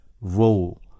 role